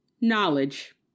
knowledge